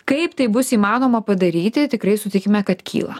kaip tai bus įmanoma padaryti tikrai sutikime kad kyla